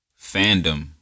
fandom